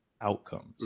outcomes